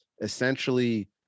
essentially